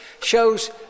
shows